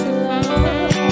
love